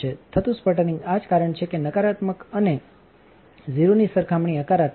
થતું સ્પટરિંગ આ જ કારણ છે કે આ નકારાત્મક છે અને shાલ 0 ની સરખામણીએ હકારાત્મક છે